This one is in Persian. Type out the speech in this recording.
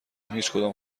هیچکدام